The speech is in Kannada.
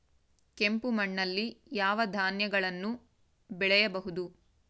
ಕೆಂಪು ಮಣ್ಣಲ್ಲಿ ಯಾವ ಧಾನ್ಯಗಳನ್ನು ಬೆಳೆಯಬಹುದು?